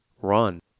run